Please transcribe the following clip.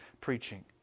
preaching